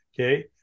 Okay